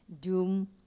doom